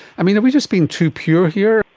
i mean, are we just being too pure here?